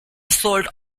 sold